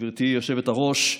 גברתי היושבת-ראש,